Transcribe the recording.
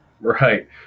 Right